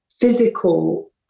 physical